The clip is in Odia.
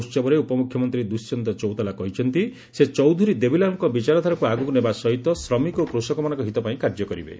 ଶପଥ ଗ୍ରହଣ ଉହବରେ ଉପମୁଖ୍ୟମନ୍ତ୍ରୀ ଦୁଷ୍ୟନ୍ତ ଚୌତାଲା କହିଛନ୍ତି ସେ ଚୌଧୁରୀ ଦେବୀଲାଲ୍ଙ୍କ ବିଚାରଧାରାକୁ ଆଗକୁ ନେବା ସହିତ ଶ୍ରମିକ ଓ କୃଷକମାନଙ୍କ ହିତପାଇଁ କାର୍ଯ୍ୟ କରିବେ